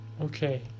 okay